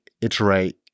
iterate